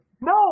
No